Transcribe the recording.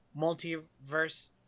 Multiverse